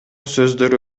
сөздөрү